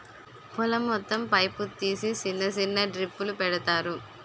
పొలం మొత్తం పైపు తీసి సిన్న సిన్న డ్రిప్పులు పెడతారు